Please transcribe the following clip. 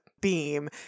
beam